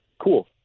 cool